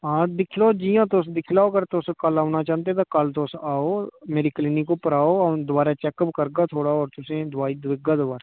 हां दिक्खी लैओ जि'यां तुस दिक्खी लैओ अगर तुस कल औना चांह्दे ते कल्ल तुस आओ मेरी क्लीनिक उप्पर आओ अ'ऊं दोबारा चैक्क अप करगा थुआढ़ा और तुसें गी दोआई देगा दोबारा